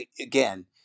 Again